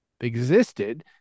existed